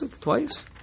twice